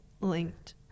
linked